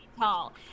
tall